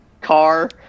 car